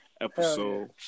episode